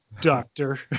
doctor